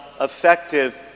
effective